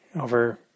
over